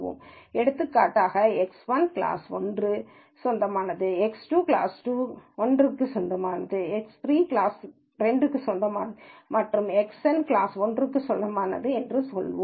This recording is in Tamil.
எனவே எடுத்துக்காட்டாக எக்ஸ்1 கிளாஸ் 1 சொந்தமானது X2 கிளாஸ் 1 X3 கிளாஸ் 2 சொந்தமானது மற்றும் எக்ஸ்என் கிளாஸ் 1 என்று சொல்வோம்